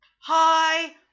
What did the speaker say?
Hi